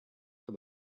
for